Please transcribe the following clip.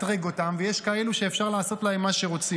אותם ויש כאלו שאפשר לעשות להם מה שרוצים.